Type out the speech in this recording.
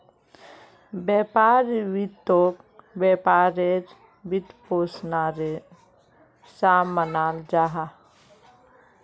व्यापार वित्तोक व्यापारेर वित्त्पोशानेर सा मानाल जाहा